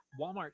Walmart